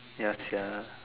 ya sia